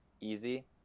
easy